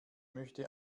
möchte